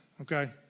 okay